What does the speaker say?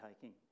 taking